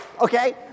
okay